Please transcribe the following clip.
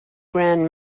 grand